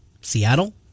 Seattle